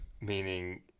Meaning